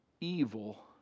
evil